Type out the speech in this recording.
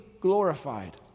glorified